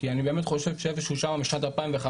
כי אני באמת חושב שאיפה שהוא שמה בשנת 2015,